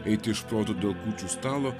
eiti iš proto dėl kūčių stalo